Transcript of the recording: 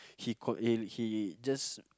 he clock in he just